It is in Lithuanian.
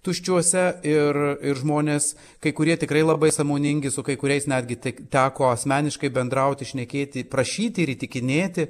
tuščiuose ir ir žmonės kai kurie tikrai labai sąmoningi su kai kuriais netgi tik teko asmeniškai bendrauti šnekėti prašyti ir įtikinėti